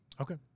Okay